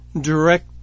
direct